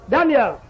Daniel